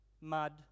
mud